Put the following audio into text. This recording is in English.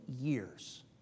years